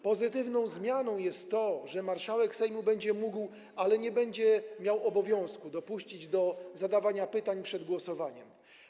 Pozytywną zmianą jest to, że marszałek Sejmu będzie mógł, ale nie będzie miał obowiązku dopuścić do zadawania pytań przed głosowaniem.